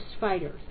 fighters